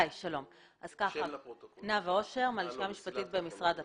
הלשכה המשפטית במשרד הפנים.